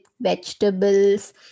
vegetables